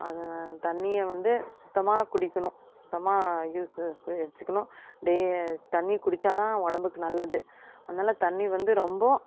தண்ணியை வந்து சுத்தமாக குடிக்கணும் சுத்தமாக வச்சிக்கணும் டெ தண்ணி குடிச்சால்தான் உடம்புக்கு நல்லது அதனால தண்ணி வந்து ரொம்போ